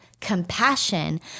compassion